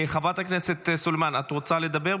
חברת הכנסת סלימאן, את רוצה לדבר?